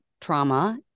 trauma